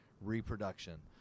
reproduction